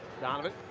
Donovan